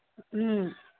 ꯎꯝ